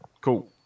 Cool